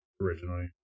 originally